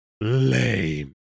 Lame